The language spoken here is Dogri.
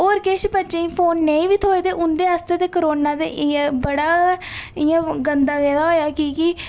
होर किश बच्चें ई फोन नेईं बी थ्होए ते उं'दे आस्तै ते करोना ते इ'यां बड़ा इ'यां गंदा गेदा होआ की जे